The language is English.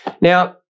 Now